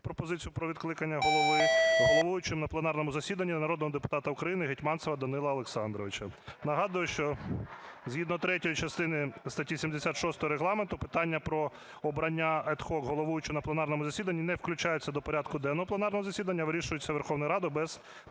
пропозицію про відкликання Голови, головуючим на пленарному засіданні народного депутата України Гетманцева Данила Олександровича. Нагадую, що, згідно третьої частини статті 76 Регламенту, питання про обрання ad hoc головуючого на пленарному засіданні не включається до порядку денного пленарного засідання, а вирішується Верховною Радою без попередньої